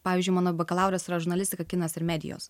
pavyzdžiui mano bakalauras yra žurnalistika kinas ir medijos